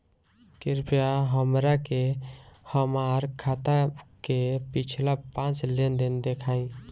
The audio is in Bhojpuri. कृपया हमरा के हमार खाता के पिछला पांच लेनदेन देखाईं